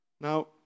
Now